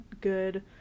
good